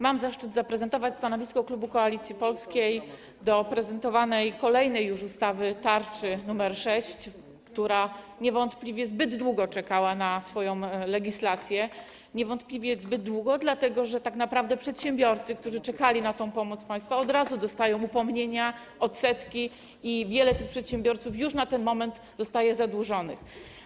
Mam zaszczyt zaprezentować stanowisko klubu Koalicji Polskiej wobec prezentowanej kolejnej już ustawy, tarczy nr 6, która niewątpliwie zbyt długo czekała na swoją legislację, dlatego że tak naprawdę przedsiębiorcy, którzy czekali na tę pomoc państwa, od razu dostają upomnienia, odsetki, wielu z tych przedsiębiorców już na ten moment zostaje zadłużonych.